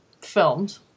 filmed